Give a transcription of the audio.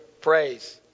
praise